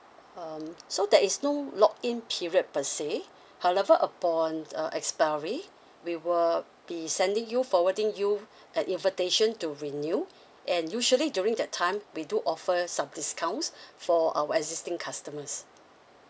um so there is no lock in period per se however upon uh expiry we will be sending you forwarding you an invitation to renew and usually during that time we do offer some discounts for our existing customers